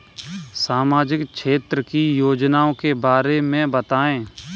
सामाजिक क्षेत्र की योजनाओं के बारे में बताएँ?